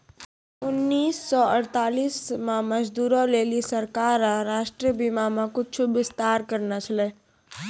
उन्नीस सौ अड़तालीस मे मजदूरो लेली सरकारें राष्ट्रीय बीमा मे कुछु विस्तार करने छलै